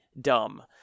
dumb